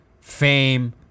Fame